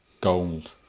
gold